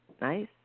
Nice